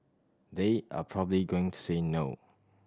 they are probably going to say no